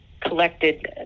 collected